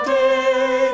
day